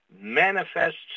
manifests